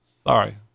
Sorry